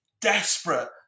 desperate